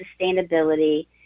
sustainability